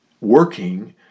working